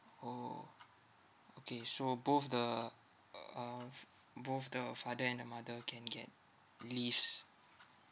orh okay so both the uh uh f~ both the father and the mother can get leaves